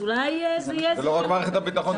אז אולי זה יהיה --- זה לא רק מערכת הביטחון,